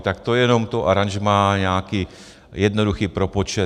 Tak to jenom to aranžmá, nějaký jednoduchý propočet.